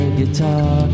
guitar